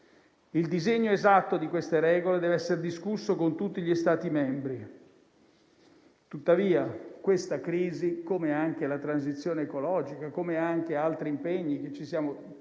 Il disegno esatto di queste regole deve essere discusso con tutti gli Stati membri. Tuttavia, questa crisi, come anche la transizione ecologica, come anche altri impegni successivi alla